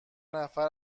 نفر